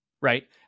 right